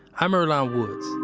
i'm earlonne woods.